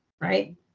Right